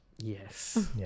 yes